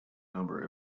number